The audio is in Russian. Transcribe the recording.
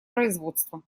производство